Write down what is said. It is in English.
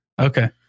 Okay